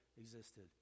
existed